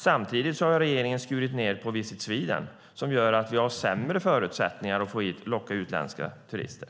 Samtidigt har regeringen skurit ned på Visit Sweden, vilket gör att vi har sämre förutsättningar att locka utländska turister.